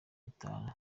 bitanu